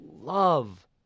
love